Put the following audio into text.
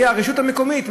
הרשות המקומית,